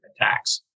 attacks